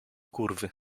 kurwy